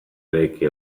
eraiki